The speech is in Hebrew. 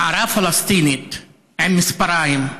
נערה פלסטינית עם מספריים,